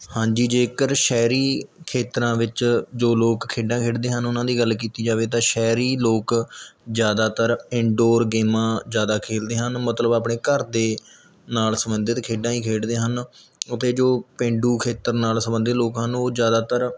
ਹਾਂਜੀ ਜੇਕਰ ਸ਼ਹਿਰੀ ਖੇਤਰਾਂ ਵਿੱਚ ਜੋ ਲੋਕ ਖੇਡਾਂ ਖੇਡਦੇ ਹਨ ਉਹਨਾਂ ਦੀ ਗੱਲ ਕੀਤੀ ਜਾਵੇ ਤਾਂ ਸ਼ਹਿਰੀ ਲੋਕ ਜ਼ਿਆਦਾਤਰ ਇਨਡੋਰ ਗੇਮਾਂ ਜ਼ਿਆਦਾ ਖੇਲਦੇ ਹਨ ਮਤਲਬ ਆਪਣੇ ਘਰ ਦੇ ਨਾਲ ਸੰਬੰਧਿਤ ਖੇਡਾਂ ਹੀ ਖੇਡਦੇ ਹਨ ਅਤੇ ਜੋ ਪੇਂਡੂ ਖੇਤਰ ਨਾਲ ਸੰਬੰਧਿਤ ਲੋਕ ਹਨ ਉਹ ਜ਼ਿਆਦਾਤਰ